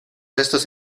restos